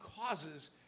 causes